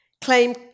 claim